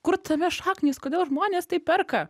kur tame šaknys kodėl žmonės tai perka